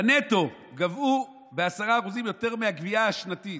בנטו גבו 10% יותר מהגבייה השנתית.